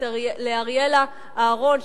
אריאלה אהרון,